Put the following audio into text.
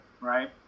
right